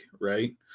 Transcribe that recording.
right